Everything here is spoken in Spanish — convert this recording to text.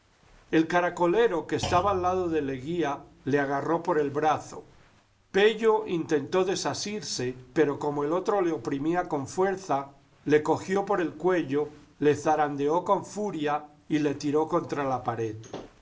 el caracolero que estaba al lado de leguía le agarró por el brazo pello intentó desasirse pero como el otro le oprimía con fuerza le cogió por el cuello le zarandeó con furia y le tiró contra la pared